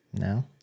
No